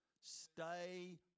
Stay